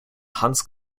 hans